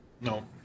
No